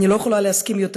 אני לא יכולה להסכים יותר,